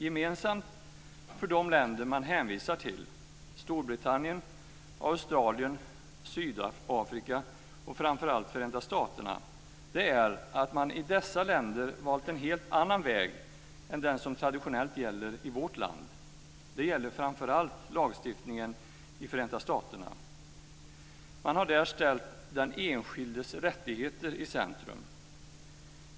Gemensamt för de länder man hänvisar till - Storbritannien, Australien, Sydafrika och framför allt Förenta Staterna - är att man i dessa länder valt en helt annan väg än den som traditionellt gäller i vårt land. Det gäller framför allt lagstiftningen i Förenta Staterna. Man har där ställt den enskildes rättigheter i centrum.